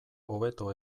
hobeto